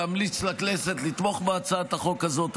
להמליץ לכנסת לתמוך בהצעת החוק הזאת.